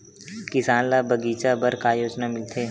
किसान ल बगीचा बर का योजना मिलथे?